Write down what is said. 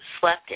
slept